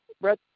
Brett